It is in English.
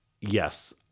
Yes